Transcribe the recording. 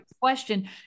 question